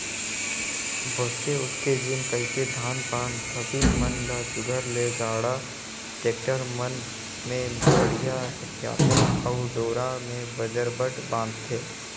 भोसके उसके झिन कहिके धान पान फसिल मन ल सुग्घर ले गाड़ा, टेक्टर मन मे बड़िहा सथियाथे अउ डोरा मे बजरबट बांधथे